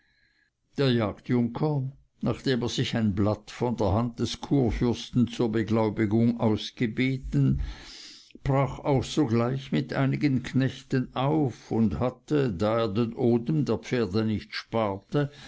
der jagdjunker nachdem er sich ein blatt von der hand des kurfürsten zur beglaubigung ausgebeten brach auch sogleich mit einigen knechten auf und hatte da er den odem der pferde nicht sparte